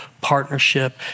partnership